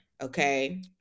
Okay